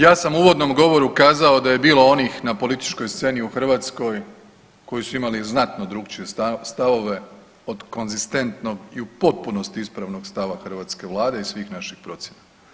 Ja sam u uvodnom govoru kazao da je bilo onih na političkoj sceni u Hrvatskoj koji su imali znatno drukčije stavove od konzistentnog i u potpunosti ispravnog stava hrvatske vlade i svih naših procjena.